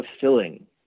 fulfilling